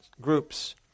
groups